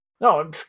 No